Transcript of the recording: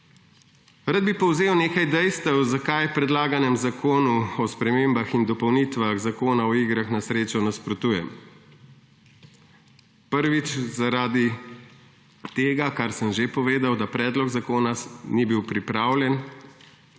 Rad bi povzel nekaj dejstev, zakaj predlaganemu zakonu o spremembah in dopolnitvah Zakona o igrah na srečo nasprotujem. Prvič zaradi tega, kar sem že povedal – da predlog zakona ni bil pripravljen